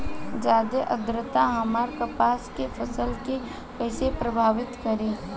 ज्यादा आद्रता हमार कपास के फसल कि कइसे प्रभावित करी?